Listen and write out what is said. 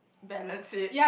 balance it